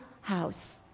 house